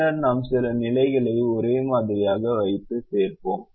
பின்னர் நாம் சில நிலைகளை ஒரே மாதிரியாக வைத்து சேர்ப்போம்